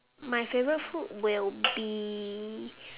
my favourite food will be